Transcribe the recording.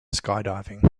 skydiving